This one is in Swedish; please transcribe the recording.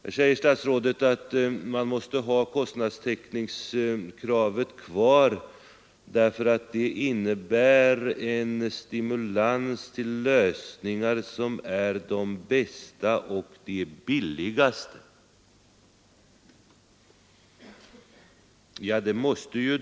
Så säger statsrådet att man måste ha kostnadstäckningskravet kvar därför att det innebär en stimulans till att finna de bästa och billigaste lösningarna.